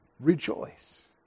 rejoice